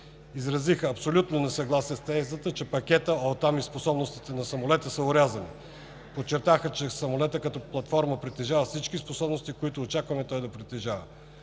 Изразиха абсолютно несъгласие с тезата, че пакетът, а оттам и способностите на самолета са орязани. Подчертаха, че самолетът като платформа притежава всички способности, които очакваме той да притежава.